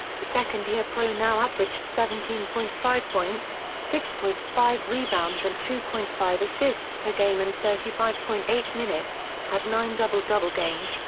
the second-year pro now averaged seventeen point five points, six point five rebounds and two point five assists per game in thirty five point eight minutes, had nine double-double games,